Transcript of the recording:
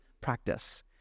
practice